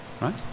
right